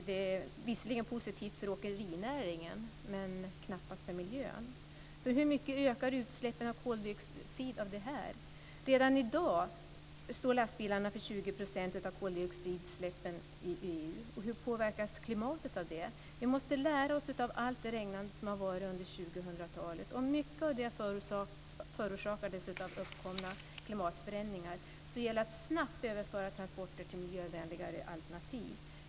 Det är visserligen positivt för åkerinäringen, men knappast för miljön. Hur mycket ökar utsläppen av koldioxid av det? Redan i dag står lastbilarna för 20 % av koldioxidutsläppen i EU. Hur påverkas klimatet av det? Vi måste lära oss av allt det regnande som varit under år 2000. Om mycket av det förorsakades av uppkomna klimatförändringar gäller det att snabbt överföra transporter till miljövänligare alternativ.